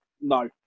No